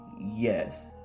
yes